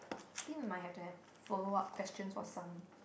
think we might have to have follow up questions for some